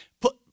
Put